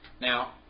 Now